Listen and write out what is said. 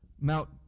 Mount